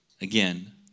again